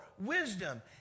wisdom